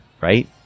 right